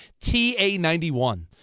TA91